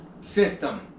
system